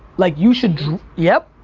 like you should draw. yeah